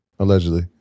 Allegedly